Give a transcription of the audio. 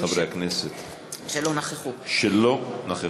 חברי הכנסת שלא נכחו כאן.